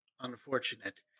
unfortunate